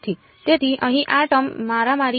તેથી અહીં આ ટર્મ મારામારી